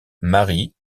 marie